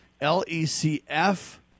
L-E-C-F